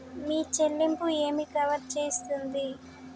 మీ చెల్లింపు ఏమి కవర్ చేస్తుంది?